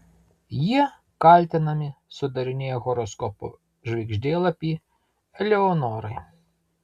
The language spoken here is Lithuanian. jie kaltinami sudarinėję horoskopo žvaigždėlapį eleonorai